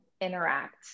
interact